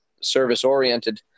service-oriented